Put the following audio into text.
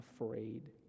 afraid